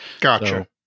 Gotcha